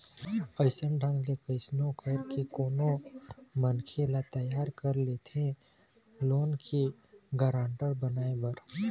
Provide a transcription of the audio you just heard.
अइसन ढंग ले कइसनो करके कोनो मनखे ल तियार कर लेथे लोन के गारेंटर बनाए बर